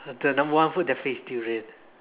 the number one food definitely is durian